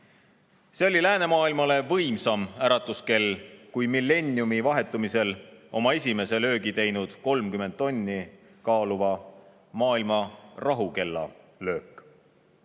See oli läänemaailmale võimsam äratuskell kui millenniumi vahetumisel oma esimese löögi teinud 30 tonni kaaluva maailma rahukella löök.